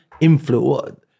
influence